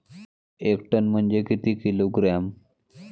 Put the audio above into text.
एक टन म्हनजे किती किलोग्रॅम?